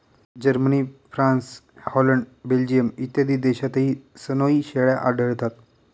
Germany, France, Holland, Belgium इत्यादी देशांतही सनोई शेळ्या आढळतात